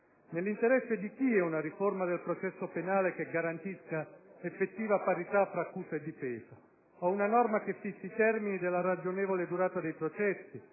Nell'interesse di chi è una riforma del processo penale che garantisca effettiva parità tra accusa e difesa, o una norma che fissi i termini della ragionevole durata dei processi